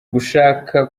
gushaka